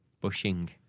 Bushing